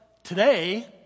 today